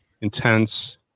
intense